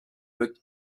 that